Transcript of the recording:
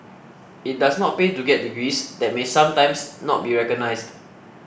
it does not pay to get degrees that may sometimes not be recognised